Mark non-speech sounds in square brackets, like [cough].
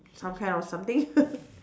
some kind of something [laughs]